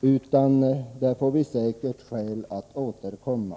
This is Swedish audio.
På den punkten får vi säkerligen anledning att återkomma.